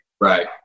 right